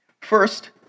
First